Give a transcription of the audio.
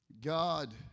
God